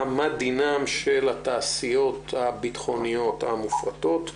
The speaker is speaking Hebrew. מה דינן של התעשיות הביטחוניות המופרטות.